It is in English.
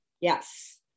yes